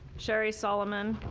sherry solomon,